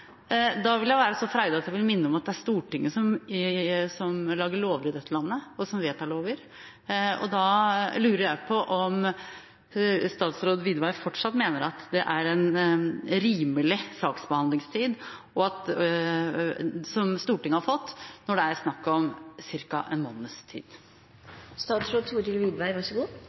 Da lurer jeg på om statsråd Widvey fortsatt mener at det er en rimelig saksbehandlingstid Stortinget har fått – når det er snakk om ca. en måneds